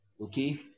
okay